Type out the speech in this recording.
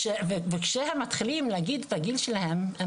כאשר הם מתחילים להגיד את הגיל שלהם,